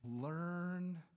learn